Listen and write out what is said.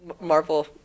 Marvel